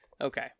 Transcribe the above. Okay